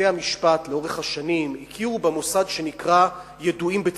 בתי-המשפט לאורך השנים הכירו במוסד שנקרא "ידועים בציבור".